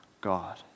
God